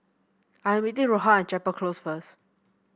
I am meeting Rohan at Chapel Close first